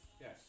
Yes